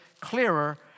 clearer